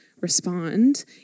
respond